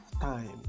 time